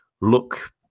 look